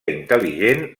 intel·ligent